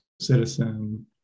citizen